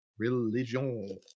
Religion